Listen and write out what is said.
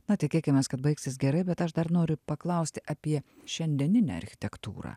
na tikėkimės kad baigsis gerai bet aš dar noriu paklausti apie šiandieninę architektūrą